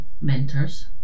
mentors